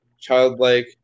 childlike